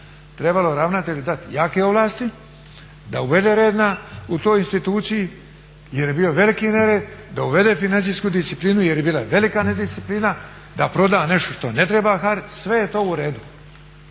trebalo ravnatelju dati jake ovlasti, da uvede red u toj instituciji jer je bio veliki nered, da uvede financijsku disciplinu jer je bila velika nedisciplina, da proda nešto što ne treba. Sve je to u redu.